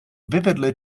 vividly